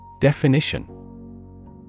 Definition